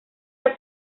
han